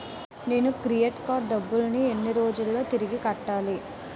నేను credit card డబ్బును ఎన్ని రోజుల్లో తిరిగి కట్టాలి?